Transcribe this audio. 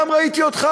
גם ראיתי אותך,